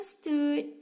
stood